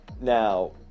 Now